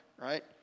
right